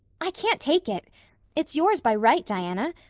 i can't take it it's yours by right, diana.